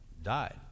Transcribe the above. died